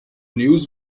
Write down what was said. news